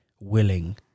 willing